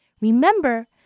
Remember